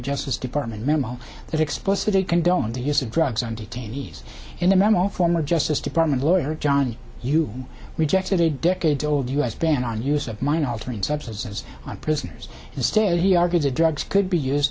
justice department memo that explicitly condone the use of drugs on detainees in the memo former justice department lawyer johnny you rejected a decade old u s ban on use of mind altering substances on prisoners instead he argues that drugs could be used